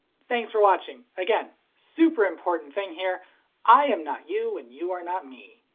thanks for watching! again super important thing here i am not you and you are not me.